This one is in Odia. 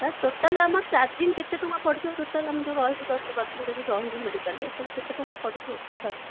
ସାର୍ ଟୋଟାଲ୍ ଆମ ଚାରଜିଙ୍ଗ୍ କେତେ ଟଙ୍କା ପଡ଼ିଯିବ ଟୋଟାଲ୍ ଆମେ ଯେଉଁ ରହିବୁ ଦଶ ବାର ଦିନ ଯଦି ରହିଲୁ ମେଡ଼ିକାଲ୍ରେ ତା'ହେଲେ କେତେ ଟଙ୍କା ପଡ଼ିଯିବ ଟୋଟାଲ୍